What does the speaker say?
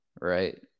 right